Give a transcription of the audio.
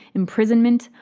imprisonment,